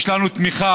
יש לנו תמיכה